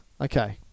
okay